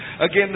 Again